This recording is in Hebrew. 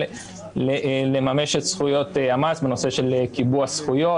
גם לממש את זכויות המס בנושא של קיבוע זכויות,